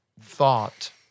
thought